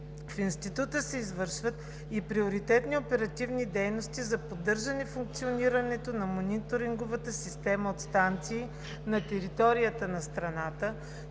В Института се извършват и приоритетни оперативни дейности за поддържане функционирането на мониторинговата система от станции на територията на страната,